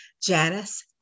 Janice